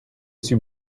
suis